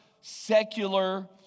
secular